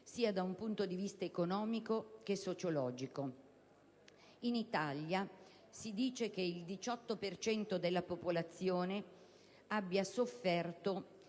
da un punto di vista sia economico che sociologico. In Italia si dice che il 18 per cento della popolazione abbia sofferto